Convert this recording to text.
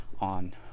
On